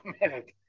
minute